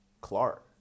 Clark